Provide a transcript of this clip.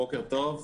בוקר טוב.